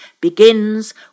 begins